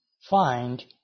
find